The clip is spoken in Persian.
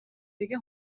بگه